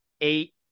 eight